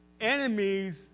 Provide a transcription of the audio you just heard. enemies